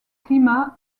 climat